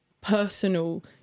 personal